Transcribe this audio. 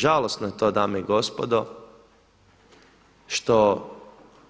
Žalosno je to dame i gospodo, što